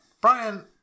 Brian